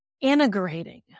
integrating